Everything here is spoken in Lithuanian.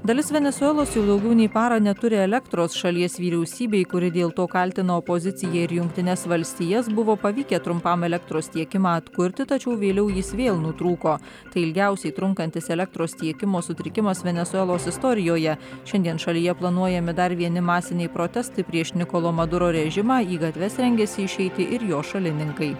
dalis venesuelos jau daugiau nei parą neturi elektros šalies vyriausybei kuri dėl to kaltino opoziciją ir jungtines valstijas buvo pavykę trumpam elektros tiekimą atkurti tačiau vėliau jis vėl nutrūko tai ilgiausiai trunkantis elektros tiekimo sutrikimas venesuelos istorijoje šiandien šalyje planuojami dar vieni masiniai protestai prieš nikolo maduro režimą į gatves rengiasi išeiti ir jo šalininkai